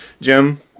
Jim